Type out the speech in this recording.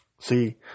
See